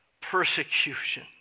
persecution